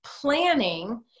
planning